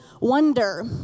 wonder